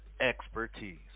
expertise